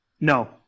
No